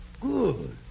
Good